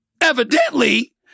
evidently